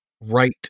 right